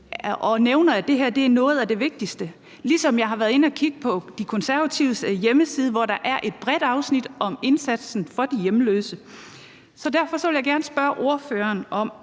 nævner, at det her er noget af det vigtigste. Jeg har også været inde og kigge på De Konservatives hjemmeside, hvor der er et bredt afsnit om indsatsen for de hjemløse. Derfor vil jeg gerne spørge ordføreren, om